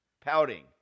pouting